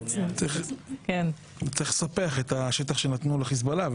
--- צריך לספח את השטח שנתנו לחיזבאללה,